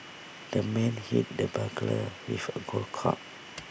the man hit the burglar with A golf club